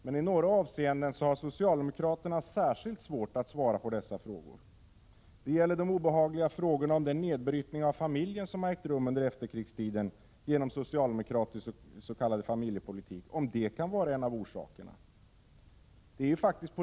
Men i några avseenden har socialdemokraterna särskilt svårt att svara på dessa frågor. Det gäller de obehagliga frågorna om nedbrytningen av familjen som har ägt rum under efterkrigstiden genom socialdemokratisk s.k. familjepolitik. Kan det vara en av orsakerna?